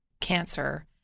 cancer